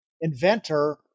inventor